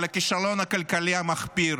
לכישלון הכלכלי המחפיר,